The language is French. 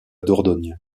dordogne